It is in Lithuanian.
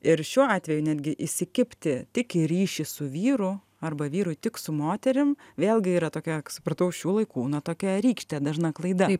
ir šiuo atveju netgi įsikibti tik į ryšį su vyru arba vyrui tik su moterim vėlgi yra tokia supratau šių laikų na tokia rykštė dažna klaida